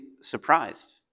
surprised